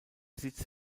sitz